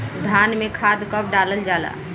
धान में खाद कब डालल जाला?